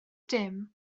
dim